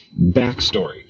backstory